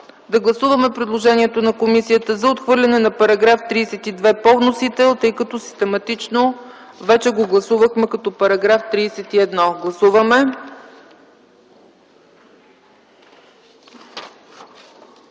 Да гласуваме предложението на комисията за отхвърляне на § 32 по вносител, тъй като систематично вече го гласувахме като § 31. Гласували